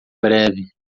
breve